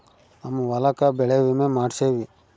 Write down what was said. ನಮ್ ಹೊಲಕ ಬೆಳೆ ವಿಮೆ ಮಾಡ್ಸೇವಿ